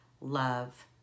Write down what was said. love